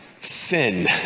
Sin